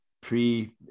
pre